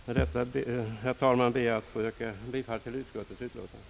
Med detta, herr talman, ber jag att få yrka bifall till utskottets hemställan.